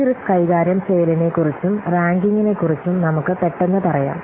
ഈ റിസ്ക് കൈകാര്യം ചെയ്യലിനെക്കുറിച്ചും റാങ്കിംഗിനെക്കുറിച്ചും നമുക്ക് പെട്ടെന്ന് പറയാം